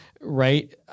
right